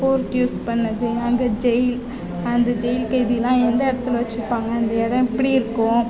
போருக்கு யூஸ் பண்ணிணது அங்கே ஜெயில் அந்த ஜெயில் கைதியெலாம் எந்த இடத்துல வெச்சுருப்பாங்க அந்த இடம் எப்படி இருக்கும்